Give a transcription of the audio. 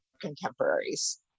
contemporaries